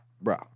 bro